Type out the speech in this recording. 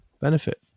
benefit